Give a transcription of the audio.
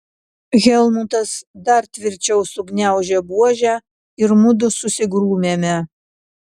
helmutas dar tvirčiau sugniaužė buožę ir mudu susigrūmėme